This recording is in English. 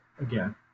again